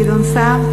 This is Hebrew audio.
גדעון סער,